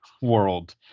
world